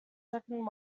second